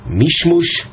mishmush